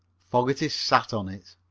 fogerty sat on it.